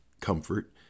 comfort